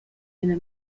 ina